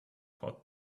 pot